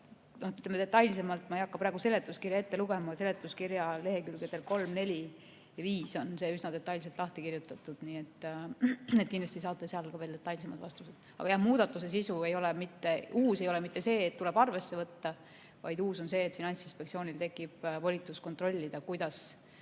Ma ei hakka praegu seletuskirja ette lugema, aga seletuskirja lehekülgedel 3, 4 ja 5 on see üsna detailselt lahti kirjutatud. Kindlasti saate sealt veel detailsemad vastused. Aga jah, muudatuse sisus ei ole uus mitte see, et [neid riske] tuleb arvesse võtta, vaid uus on see, et Finantsinspektsioonil tekib volitus kontrollida, kuidas